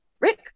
Rick